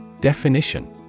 Definition